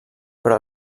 però